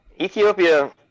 Ethiopia